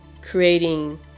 creating